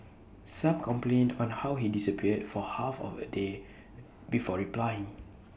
some complained on how he disappeared for half of A day before replying